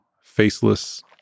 faceless